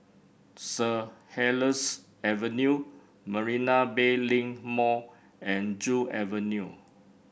Sir Helier's Avenue Marina Bay Link Mall and Joo Avenue